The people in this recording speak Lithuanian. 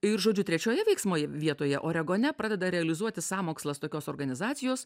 ir žodžiu trečioje veiksmo vietoje oregone pradeda realizuotis sąmokslas tokios organizacijos